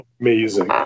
amazing